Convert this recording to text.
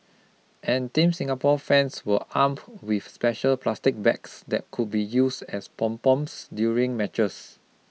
and Team Singapore fans were armed with special plastic bags that could be use as pom poms during matches